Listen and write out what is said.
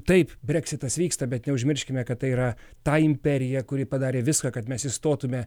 taip breksitas vyksta bet neužmirškime kad tai yra ta imperija kuri padarė viską kad mes įstotumėme